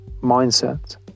mindset